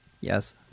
Yes